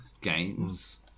games